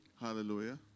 Hallelujah